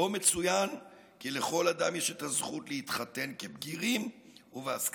שבו מצוין כי לכל אדם יש הזכות להתחתן כבגירים ובהסכמה.